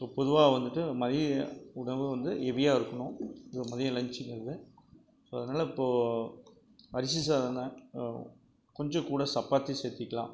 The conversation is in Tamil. ஸோ பொதுவாக வந்துட்டு மதிய உணவு வந்து ஹெவியாக இருக்கணும் மதியம் லன்ச்சுங்கிறது ஸோ அதனால் இப்போது அரிசி சாதம்தான் கொஞ்சம் கூட சப்பாத்தி சேர்த்திக்கிலாம்